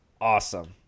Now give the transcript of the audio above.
awesome